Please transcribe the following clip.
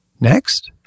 Next